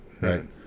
Right